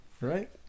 Right